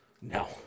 No